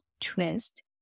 twist